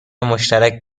مشترک